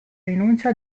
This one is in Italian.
rinuncia